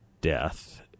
death